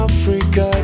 Africa